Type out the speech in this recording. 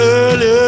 early